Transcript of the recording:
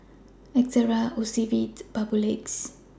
Ezerra Ocuvite and Papulex